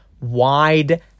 wide